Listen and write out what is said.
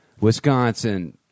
Wisconsin